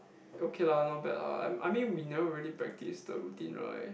okay lah not bad lah I I mean we never really practice the routine right